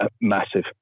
massive